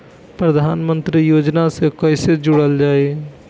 प्रधानमंत्री योजना से कैसे जुड़ल जाइ?